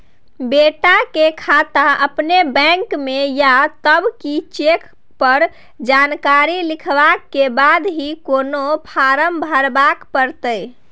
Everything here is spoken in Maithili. बेटा के खाता अपने बैंक में ये तब की चेक पर जानकारी लिखवा के बाद भी कोनो फारम भरबाक परतै?